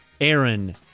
Aaron